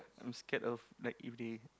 I'm scared of like if they